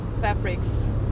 fabrics